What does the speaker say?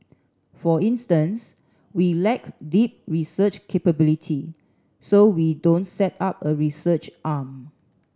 for instance we lack deep research capability so we don't set up a research arm